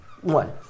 One